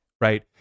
right